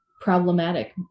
problematic